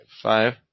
Five